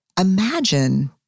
imagine